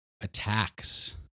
attacks